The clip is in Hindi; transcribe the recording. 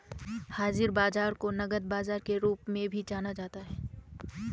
हाज़िर बाजार को नकद बाजार के रूप में भी जाना जाता है